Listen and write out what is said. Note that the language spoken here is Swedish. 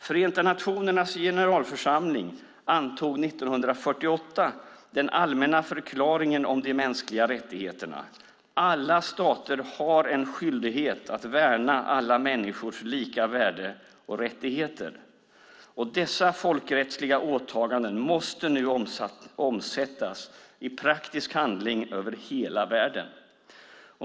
Förenta nationernas generalförsamling antog 1948 den allmänna förklaringen om de mänskliga rättigheterna. - Alla stater har en skyldighet att värna alla människors lika värde och rättigheter. - Dessa folkrättsliga åtaganden måste nu omsättas i praktisk handling över hela världen."